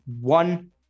one